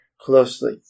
closely